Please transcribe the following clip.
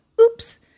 oops